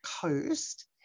coast